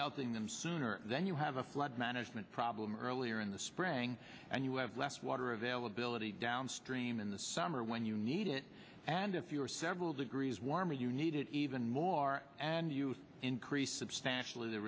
melting them sooner then you have a flood management problem earlier in the spring and you have less water availability downstream in the summer when you need it and if you are several degrees warmer you need it even more and you increase substantially the